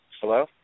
Hello